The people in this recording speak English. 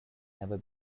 never